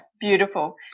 beautiful